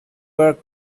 work